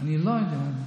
אני לא יודע.